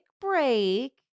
break